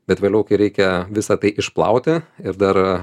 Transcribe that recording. bet vėliau kai reikia visa tai išplauti ir dar